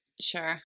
Sure